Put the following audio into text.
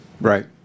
right